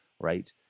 right